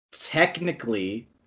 technically